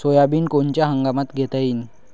Soybean कोनच्या हंगामात घेता येईन?